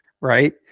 right